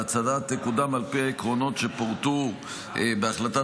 ההצעה תקודם על פי העקרונות שפורטו בהחלטת